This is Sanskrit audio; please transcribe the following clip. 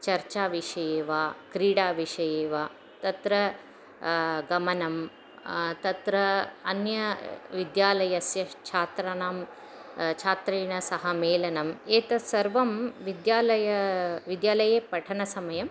चर्चाविषये वा क्रीडाविषये वा तत्र गमनं तत्र अन्यविद्यालयस्य छात्राणां छात्रेण सह मेलनम् एतत् सर्वं विद्यालयः विद्यालये पठनसमयः